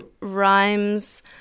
Rhymes